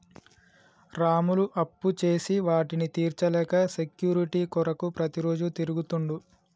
రాములు అప్పుచేసి వాటిని తీర్చలేక సెక్యూరిటీ కొరకు ప్రతిరోజు తిరుగుతుండు